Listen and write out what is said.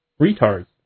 retards